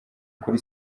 kuri